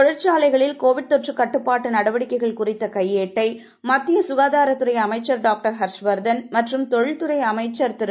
தொழிற்சாலைகளில் கோவிட் தொற்று கட்டுப்பாட்டு நடவடிக்கைகள் குறித்த கையேட்டை மத்திய கனதார துறை அமைச்சர் டாக்டர் ஹர்ஷ் வர்தன் மற்றும் தொழில் துறை அமைச்சர் திரு